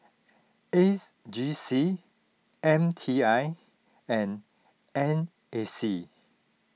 A G C M T I and N A C